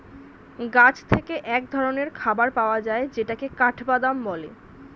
গাছ থেকে এক ধরনের খাবার পাওয়া যায় যেটাকে কাঠবাদাম বলে